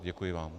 Děkuji vám.